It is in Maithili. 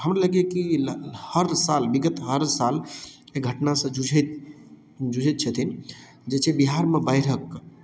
हमरो एकबेर की भेल हरसाल बिगत हरसाल अइ घटना सऽ जुझैत जुझैत छथिन जे छै बिहारमे बाइढ़क